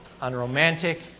unromantic